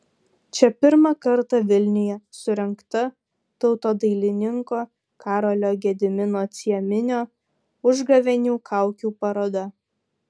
čia pirmą kartą vilniuje surengta tautodailininko karolio gedimino cieminio užgavėnių kaukių paroda